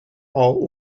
all